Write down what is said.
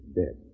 dead